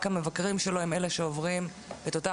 רק המבקרים שלו הם אלה שעוברים את אותה